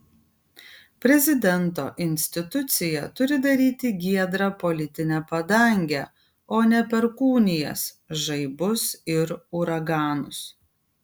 prezidento institucija turi daryti giedrą politinę padangę o ne perkūnijas žaibus ir uraganus